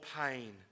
pain